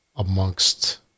amongst